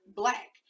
black